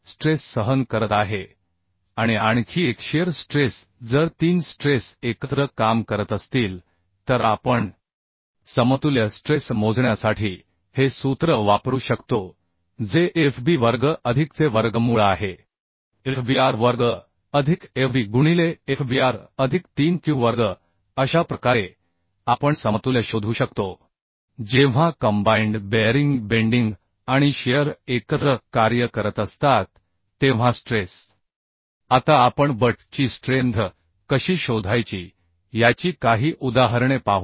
stress सहन करत आहे आणि आणखी एक शिअर स्ट्रेस जर तीन स्ट्रेस एकत्र काम करत असतील तर आपण समतुल्य स्ट्रेस मोजण्यासाठी हे सूत्र वापरू शकतो जे fb वर्ग अधिकचे वर्गमूळ आहे fbr वर्ग अधिक fb गुणिले fbr अधिक 3q वर्ग अशा प्रकारे आपण समतुल्य शोधू शकतो जेव्हा कंबाइंड बेअरिंग बेंडिंग आणि शिअर एकत्र कार्य करत असतात तेव्हा स्ट्रेस आता आपण बट वेल्डची स्ट्रेंथ कशी शोधायची याची काही उदाहरणे पाहू